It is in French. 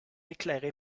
éclairée